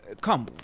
Come